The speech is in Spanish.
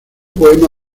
poema